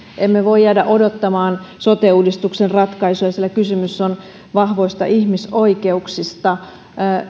emme voi jäädä odottamaan sote uudistuksen ratkaisuja sillä kysymys on vahvoista ihmisoikeuksista